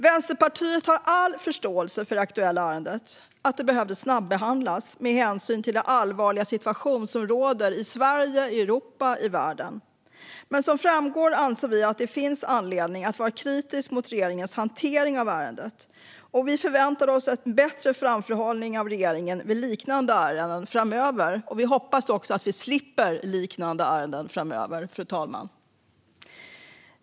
Vänsterpartiet har all förståelse för att det aktuella ärendet behövde snabbehandlas med hänsyn till den allvarliga situation som råder i Sverige, i Europa och i världen. Men som framgår anser vi att det finns anledning att vara kritisk mot regeringens hantering av ärendet. Vi förväntar oss bättre framförhållning av regeringen i liknande ärenden framöver. Vi hoppas också att vi slipper liknande ärenden framöver, fru talman.